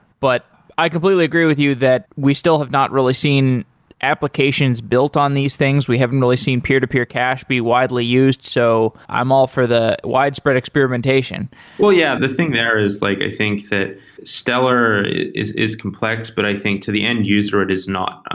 but i completely agree with you that we still have not really seen applications build on these things. we haven't really seen peer-to-peer cache be widely used. so i'm all for the widespread experimentation yeah. the thing there is like i think that stellar is is complex, but i think to the end user it is not.